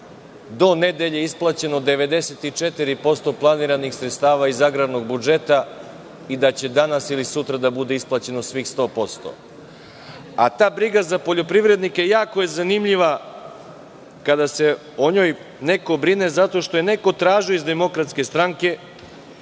do nedelje isplaćeno 94% planiranih sredstava iz agrarnog budžeta i da će danas ili sutra da bude isplaćeno svih 100%. Ta briga za poljoprivrednike jako je zanimljiva kada se o njoj neko brine zato što je neko tražio iz DS da se